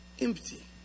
empty